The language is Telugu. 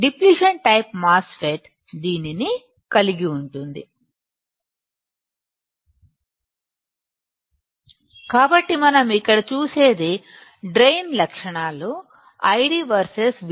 డిప్లిషన్ టైపు మాస్ ఫెట్ దీనిని కలిగి ఉంటుంది కాబట్టి ఈ సందర్భంలో నేను డ్రైన్ బదిలీ లక్షణాలను గీయాలనుకుంటేడిప్లిషన్ టైపు మాస్ ఫెట్ కోసం